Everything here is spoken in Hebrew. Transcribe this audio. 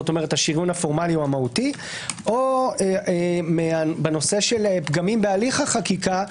כלומר ה- -- הפורמלי הוא המהותי או בנושא של פגמים בהליך החקיקה,